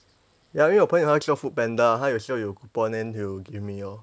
ya 因为我朋友他做 foodpanda 他有时候有 coupon then he'll give me lor